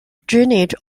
drainage